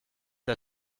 der